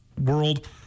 world